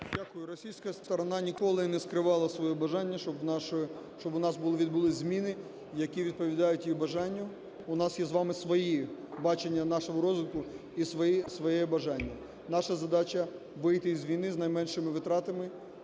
Дякую. Російська сторона ніколи не скривала своє бажання, щоб у нас відбулись зміни, які відповідають їх бажанню. У нас є з вами своє бачення нашого розвитку і свої бажання. Наша задача вийти із війни з найменшими витратами,